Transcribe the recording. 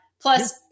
plus